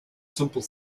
simple